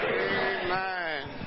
Amen